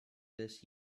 this